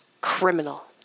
Criminal